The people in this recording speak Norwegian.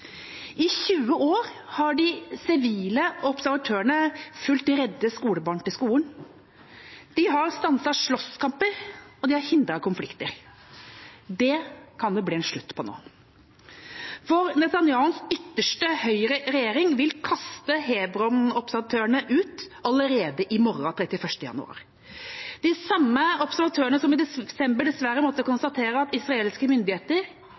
I 20 år har de sivile observatørene fulgt redde skolebarn til skolen, de har stanset slåsskamper, og de har hindret konflikter. Det kan det bli en slutt på nå, for Netanyahus ytterste høyre-regjering vil kaste Hebron-observatørene ut allerede i morgen, 31. januar, de samme observatørene som i desember dessverre måtte konstatere at israelske myndigheter